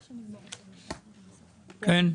כן.